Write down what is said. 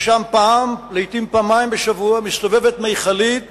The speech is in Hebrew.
ששם פעם, לעתים פעמיים בשבוע, מסתובבת מכלית